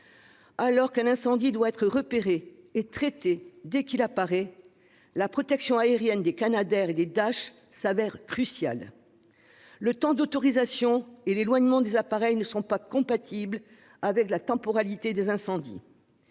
Alors qu'un incendie doit être repéré et traité dès qu'il apparaît, la protection aérienne des Canadair et des Dash se révèle cruciale. Le temps d'autorisation et l'éloignement des appareils ne sont pas compatibles avec la temporalité des incendies.